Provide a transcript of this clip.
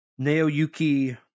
Naoyuki